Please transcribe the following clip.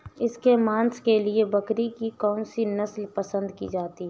इसके मांस के लिए बकरी की कौन सी नस्ल पसंद की जाती है?